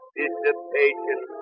dissipation